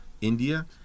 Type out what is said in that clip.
India